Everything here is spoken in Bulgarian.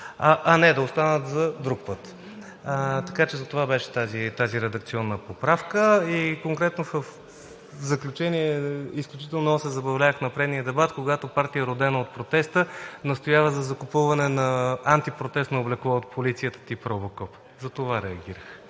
а не да останат за друг път. Така че затова беше тази редакционна поправка. Конкретно в заключение. Изключително много се забавлявах на предния дебат, когато партия, родена от протеста, настоява за закупуване на антипротестно облекло от полицията, тип „Робокоп“, затова реагирах.